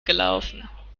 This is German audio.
gelaufen